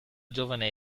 giovane